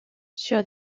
sur